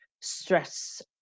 stress